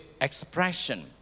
expression